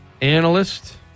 analyst